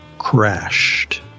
crashed